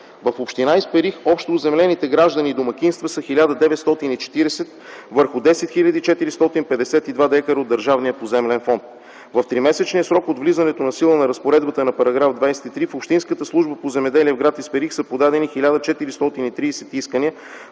В община Исперих общо оземлените граждани и домакинства са 1940 върху 10 хил. 452 дка от държавния поземлен фонд. В тримесечния срок от влизането в сила на разпоредбата на § 23 в Общинската служба по „Земеделие” - гр. Исперих, са подадени 1430 искания